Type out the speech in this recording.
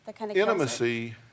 intimacy